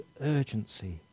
urgency